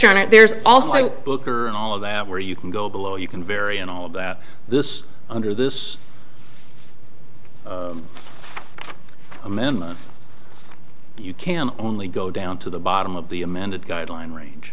you're right there's also booker and all of that where you can go below you can vary and all of that this under this amendment you can only go down to the bottom of the amended guideline range